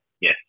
Yes